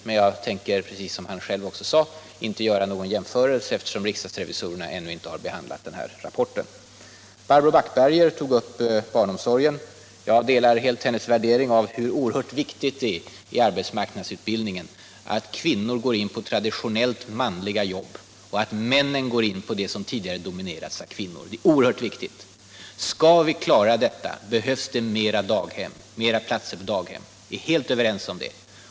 Men jag tänker, precis som han själv också sade, inte göra någon jämförelse eftersom riksdagsrevisorerna ännu inte har behandlat den här rapporten. Barbro Backberger tog upp barnomsorgen. Jag delar helt hennes värdering av hur oerhört viktigt det är i arbetsmarknadsutbildningen att kvinnor går in på traditionellt manliga jobb och att män går in på jobb som tidigare dominerats av kvinnor. Det är oerhört viktigt. Skall vi klara detta behövs det fler platser på daghem — vi är helt överens om det.